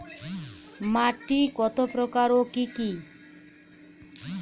মাটি কতপ্রকার ও কি কী?